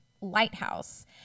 lighthouse